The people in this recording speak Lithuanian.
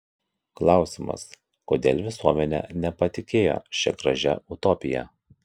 klausimas kodėl visuomenė nepatikėjo šia gražia utopija